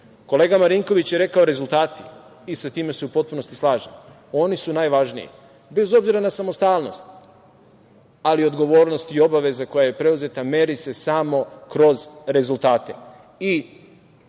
Marinković je rekao: „rezultati“, i sa time se u potpunosti slažem, oni su najvažniji, bez obzira na samostalnost, ali odgovornost i obaveza koja je preuzeta meri se samo kroz rezultate